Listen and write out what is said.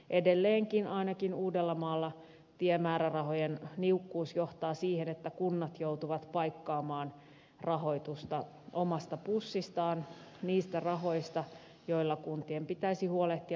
edelleenkin ainakin uudellamaalla tiemäärärahojen niukkuus johtaa siihen että kunnat joutuvat paikkaamaan rahoitusta omasta pussistaan niistä rahoista joilla kuntien pitäisi huolehtia perustehtävistään